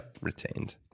retained